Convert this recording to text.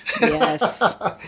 Yes